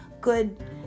good